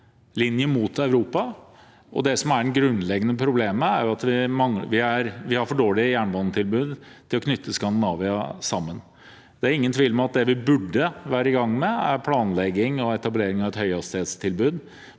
hovedlinje mot Europa. Det som er det grunnleggende problemet, er at vi har et for dårlig jernbanetilbud til å knytte Skandinavia sammen. Det er ingen tvil om at det vi burde være i gang med, er planlegging og etablering av et høyhastighetstilbud